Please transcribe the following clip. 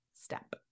step